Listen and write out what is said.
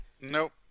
Nope